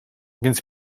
więc